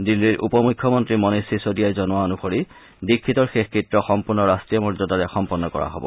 দিল্লীৰ উপ মুখ্যমন্ত্ৰী মনীষ চিছদিয়াই জনোৱা অনুসৰি দীক্ষিতৰ শেষকৃত্য সম্পূৰ্ণ ৰাষ্টীয় মৰ্যাদাৰে সম্পন্ন কৰা হ'ব